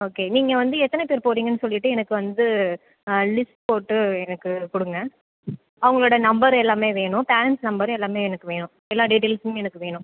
okay நீங்கள் வந்து எத்தனை பேர் போகிறீங்கன்னு சொல்லிட்டு எனக்கு வந்து லிஸ்ட் போட்டு எனக்கு கொடுங்க அவங்களோட நம்பர் எல்லாமே வேணும் பேரண்ட்ஸ் நம்பரு எல்லாமே எனக்கு வேணும் எல்லா டீட்டைல்ஸுமே எனக்கு வேணும்